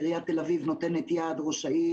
עיריית תל אביב ראש העיר,